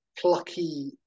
plucky